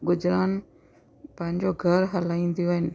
गुजरान पंहिंजो घर हलाईंदियूं आहिनि